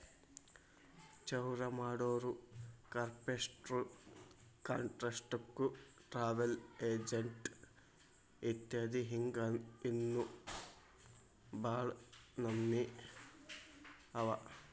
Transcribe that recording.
ಚೌರಾಮಾಡೊರು, ಕಾರ್ಪೆನ್ಟ್ರು, ಕಾನ್ಟ್ರಕ್ಟ್ರು, ಟ್ರಾವಲ್ ಎಜೆನ್ಟ್ ಇತ್ಯದಿ ಹಿಂಗ್ ಇನ್ನೋ ಭಾಳ್ ನಮ್ನೇವ್ ಅವ